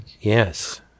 Yes